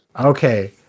okay